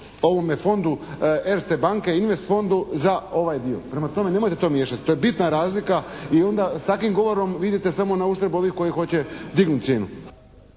ovome Fondu Erste banke, Invest fondu za ovaj dio. Prema tome, nemojte to miješati. To je bitna razlika i onda s takvim govorom vi idete samo na uštrb ovih koji hoće dignuti cijenu.